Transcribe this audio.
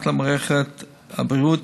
רק למערכת הבריאות,